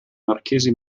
marchesi